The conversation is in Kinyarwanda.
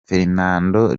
fernando